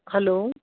hello